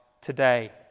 today